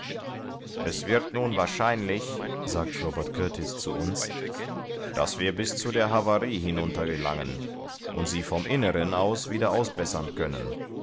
es wird nun wahrscheinlich sagt robert kurtis zu uns daß wir bis zu der havarie hinunter gelangen und sie vom inneren aus wieder ausbessern können